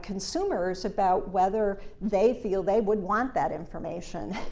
consumers about whether they feel they would want that information.